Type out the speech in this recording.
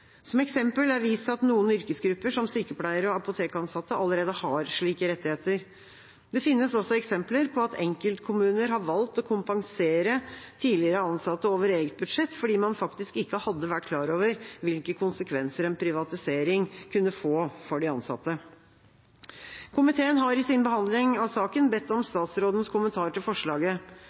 Som eksempel er vist til at noen yrkesgrupper, som sykepleiere og apotekansatte, allerede har slike rettigheter. Det finnes også eksempler på at enkeltkommuner har valgt å kompensere tidligere ansatte over eget budsjett, fordi man faktisk ikke hadde vært klar over hvilke konsekvenser en privatisering kunne få for de ansatte. Komiteen har i sin behandling av saken bedt om statsrådens kommentar til forslaget.